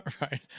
right